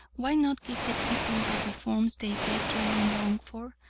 why not give the people the reforms they did really long for?